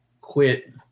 quit